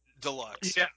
deluxe